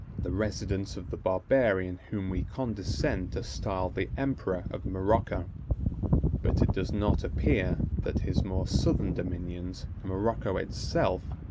the residence of the barbarian whom we condescend to style the emperor of morocco but it does not appear, that his more southern dominions, morocco itself,